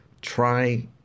Try